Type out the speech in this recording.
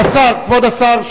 כבוד השר,